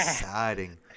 exciting